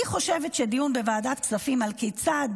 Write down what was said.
אני חושבת שדיון בוועדת כספים על כיצד